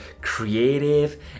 creative